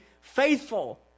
faithful